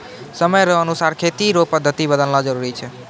समय रो अनुसार खेती रो पद्धति बदलना जरुरी छै